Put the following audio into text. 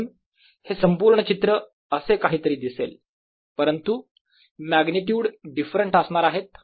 म्हणून हे संपूर्ण चित्र असे काहीतरी दिसेल परंतु मॅग्निट्युड डिफरंट असणार आहेत